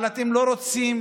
אבל אתם לא רוצים